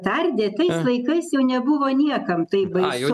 tardė tais laikais jau nebuvo niekam taip baisu